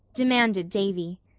demanded davy.